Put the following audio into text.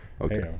Okay